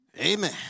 Amen